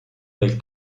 del